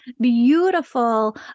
beautiful